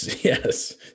Yes